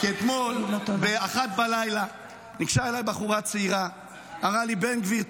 -- כי אתמול ב-01:00 ניגשה אליי בחורה צעירה ואמרה לי: בן גביר,